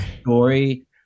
Story